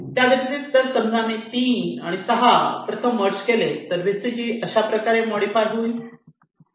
त्याव्यतिरिक्त समजा मी 3 आणि 6 प्रथम मर्ज केले तर VCG अशाप्रकारे मॉडीफाय होईल